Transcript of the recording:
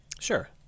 Sure